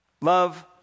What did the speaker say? Love